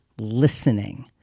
listening